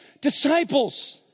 disciples